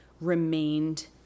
remained